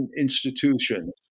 institutions